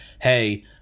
hey